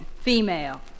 female